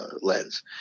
lens